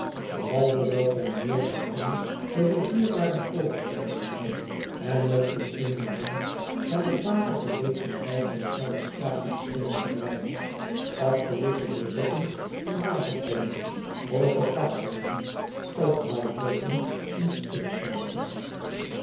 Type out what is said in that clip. behalve dat wij meer dan eens de rivier waren overgereden en nog door eene laag aan het water gelegene wijk van smalle straten schenen te rijden afgewisseld door dokken en waterkommen hooge pakhuizen ophaalbruggen en